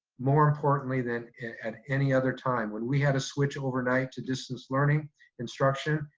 more importantly than at any other time. when we had to switch overnight to distance learning instruction,